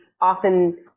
often